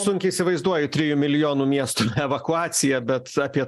sunkiai įsivaizduoju trijų milijonų miesto evakuaciją bet apie